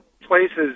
places